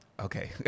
Okay